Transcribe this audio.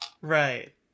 Right